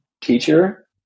teacher